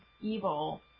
evil